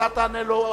אתה תענה לו,